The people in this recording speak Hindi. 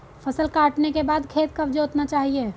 फसल काटने के बाद खेत कब जोतना चाहिये?